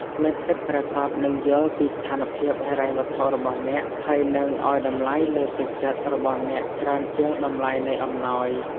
មិត្តពិតប្រាកដនឹងយល់ពីស្ថានភាពហិរញ្ញវត្ថុរបស់អ្នក ហើយនឹង ឱ្យតម្លៃលើទឹកចិត្តរបស់អ្នកច្រើនជាងតម្លៃនៃអំណោយ។